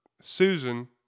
Susan